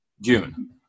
June